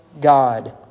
God